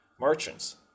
merchants